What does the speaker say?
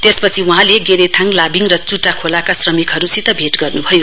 त्यसपछि वहाँले गेरेथाङ लाबिङ र चुटा खोलाका श्रमिकहरुसित भेट गर्नुभयो